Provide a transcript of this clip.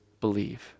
believe